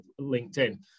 LinkedIn